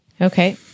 Okay